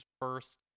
first